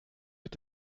mit